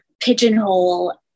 pigeonhole